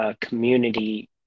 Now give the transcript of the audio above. community